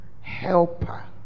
Helper